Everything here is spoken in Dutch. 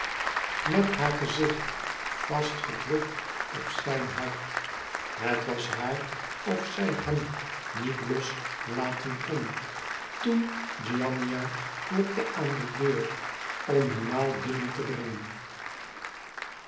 met haar gezicht vast gedrukt op zijn hart het was haar of zij hem niet los laten kon toen giannina klopte aan de deur om hun maal binnen te brengen